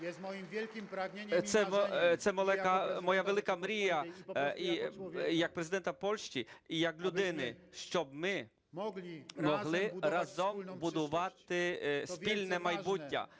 Це моя велика мрія як Президента Польщі і як людини, щоб ми могли разом будувати спільне майбуття.